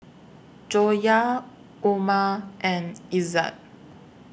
Joyah Umar and Izzat